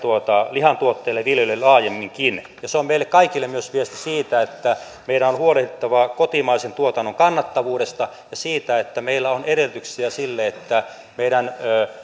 lihantuottajille ja viljelijöille laajemminkin ja se on meille kaikille myös viesti siitä että meidän on huolehdittava kotimaisen tuotannon kannattavuudesta ja siitä että meillä on edellytyksiä sille että meidän